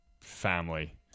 family